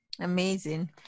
Amazing